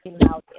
now